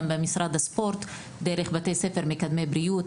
עם משרד הספורט דרך בתי ספר מקדמי בריאות.